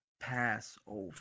Passover